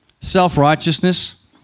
self-righteousness